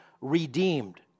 redeemed